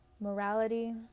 morality